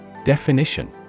Definition